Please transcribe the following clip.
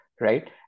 Right